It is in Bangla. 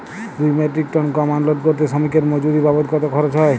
দুই মেট্রিক টন গম আনলোড করতে শ্রমিক এর মজুরি বাবদ কত খরচ হয়?